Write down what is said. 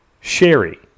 Sherry